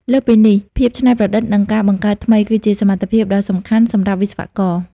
លើសពីនេះភាពច្នៃប្រឌិត និងការបង្កើតថ្មី គឺជាសមត្ថភាពដ៏សំខាន់សម្រាប់វិស្វករ។